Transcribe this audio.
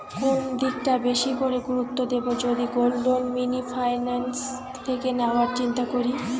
কোন দিকটা বেশি করে গুরুত্ব দেব যদি গোল্ড লোন মিনি ফাইন্যান্স থেকে নেওয়ার চিন্তা করি?